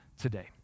today